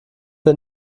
der